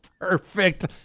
perfect